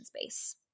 space